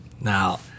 Now